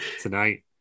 Tonight